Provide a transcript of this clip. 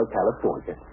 California